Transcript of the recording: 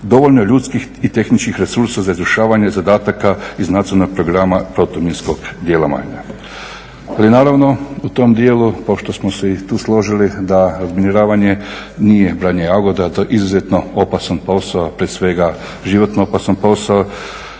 dovoljno ljudskih i tehničkih resursa za izvršavanje zadataka iz Nacionalnog programa protuminskog djelovanja. Ali naravno u tom dijelu pošto smo se i tu složili da razminiravanje nije branje jagoda, to je izuzetno opasan posao prije svega životno opasan posao,